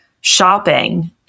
shopping